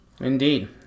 Indeed